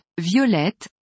violette